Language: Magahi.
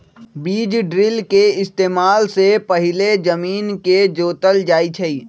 बीज ड्रिल के इस्तेमाल से पहिले जमीन के जोतल जाई छई